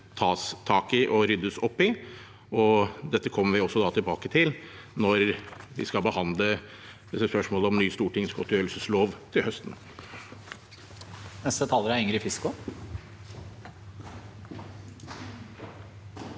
tas tak i og ryddes opp i. Dette kommer vi tilbake til når vi skal behandle spørsmålet om ny stortingsgodtgjørelseslov til høsten. Femte visepresident Ingrid Fiskaa